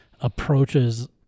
approaches